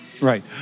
Right